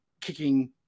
kicking